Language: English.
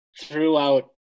throughout